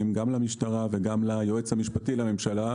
גם למשטרה וגם ליועץ המשפטי לממשלה,